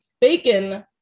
bacon